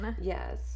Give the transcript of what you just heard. Yes